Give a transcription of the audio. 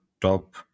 top